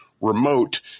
remote